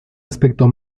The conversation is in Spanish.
aspecto